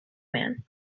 man